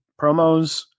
promos